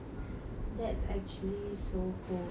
that's actually so cool